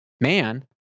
man